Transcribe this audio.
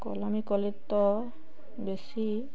କଲମୀ କଲେ ତ ବେଶୀ